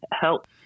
help